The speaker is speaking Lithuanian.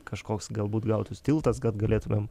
kažkoks galbūt gautųs tiltas kad galėtumėm